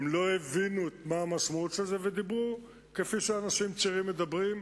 הם לא הבינו את המשמעות של זה ודיברו כפי שאנשים צעירים מדברים,